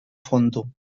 fondo